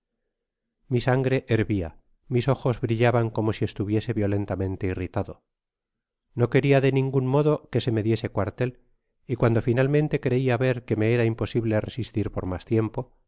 mi sangre hervia mis ojos brillaban como si estuviese violentamente irritado no queria de ningun modo que se me diese cuartel y cuando finalmente creia ver que me era imposible resistir por mas tiempo